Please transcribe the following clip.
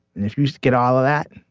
if you was to get all of that,